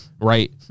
right